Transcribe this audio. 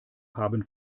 haben